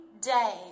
day